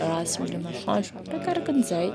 raha sy mila masoandro da arakaraka an'izay.